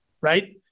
right